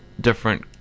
different